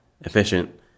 efficient